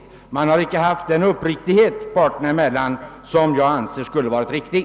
Parterna har då inte visat den uppriktighet mot varandra som jag anser hade varit nödvändig.